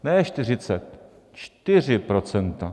Ne čtyřicet, čtyři procenta.